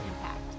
impact